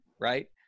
right